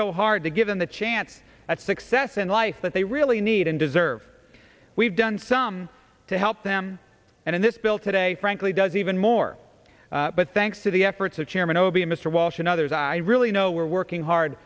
so hard to give them the chance at success in life that they really need and deserve we've done some to help them and in this bill today frankly does even more but thanks to the efforts of chairman obie mr walsh and others i really know we're working hard